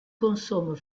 consomme